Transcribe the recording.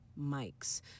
mics